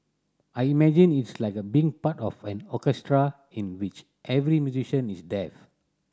I imagine it's like being part of an orchestra in which every musician is deaf